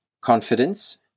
confidence